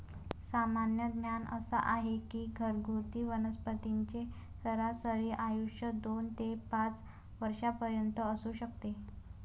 सामान्य ज्ञान असा आहे की घरगुती वनस्पतींचे सरासरी आयुष्य दोन ते पाच वर्षांपर्यंत असू शकते